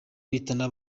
bitana